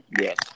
Yes